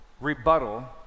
rebuttal